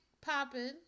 popping